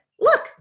look